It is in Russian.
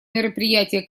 мероприятия